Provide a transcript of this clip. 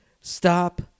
stop